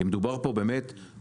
כי מדובר פה באמת,